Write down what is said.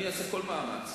אני אעשה כל מאמץ